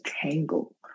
tangle